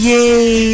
Yay